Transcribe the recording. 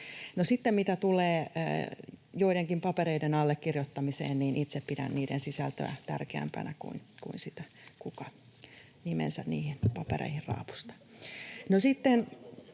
mitä tulee joidenkin papereiden allekirjoittamiseen, niin itse pidän niiden sisältöä tärkeämpänä kuin sitä, kuka nimensä niihin papereihin raapustaa.